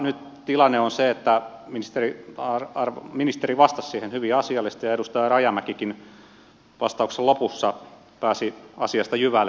nyt tilanne on se että ministeri vastasi siihen hyvin asiallisesti ja edustaja rajamäkikin vastauksen lopussa pääsi asiasta jyvälle